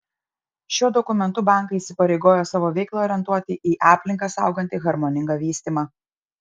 šiuo dokumentu bankai įsipareigojo savo veiklą orientuoti į aplinką saugantį harmoningą vystymą